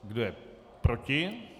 Kdo je proti?